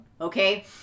okay